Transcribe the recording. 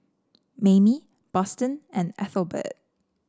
Mayme Boston and Ethelbert